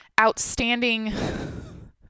outstanding